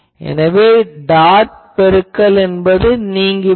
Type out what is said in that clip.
எனவே டாட் பெருக்கல் நீங்கிவிடும்